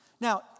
Now